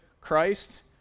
Christ